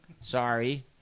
Sorry